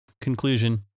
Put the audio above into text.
conclusion